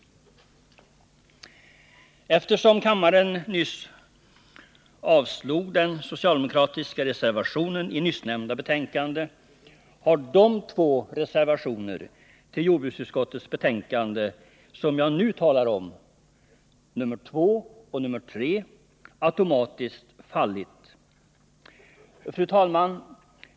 Eftersom Nr 110 kammaren nyss avslagit den socialdemokratiska reservationen i nämnda Onsdagen den betänkande har de två reservationer till jordbruksutskottets betänkande som 26 mars 1980 jag nu talar om — nr 2 och nr 3 — automatiskt fallit.